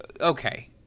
okay